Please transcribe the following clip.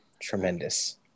Tremendous